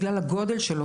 בגלל הגודל שלו,